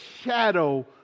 shadow